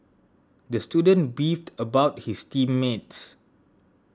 the student beefed about his team mates